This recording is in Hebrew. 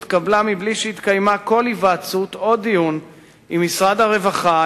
התקבלה בלי שהתקיימו כל היוועצות או דיון עם משרד הרווחה,